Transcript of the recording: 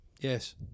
Yes